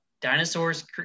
Dinosaurs